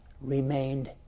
remained